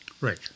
Right